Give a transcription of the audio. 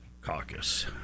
Caucus